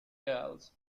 girls